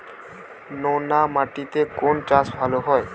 নোনা মাটিতে কোন চাষ ভালো হবে?